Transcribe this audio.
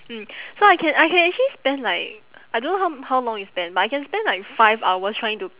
mm so I can I can actually spend like I don't know how how long you spend but I can spend like five hours trying to